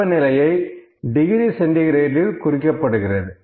வெப்பநிலையை டிகிரி சென்டி கிரேடில் குறிக்கப்படுகிறது